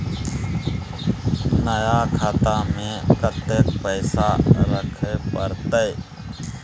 नया खाता में कत्ते पैसा रखे परतै?